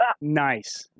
Nice